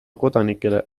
kodanikele